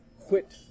quit